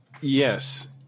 Yes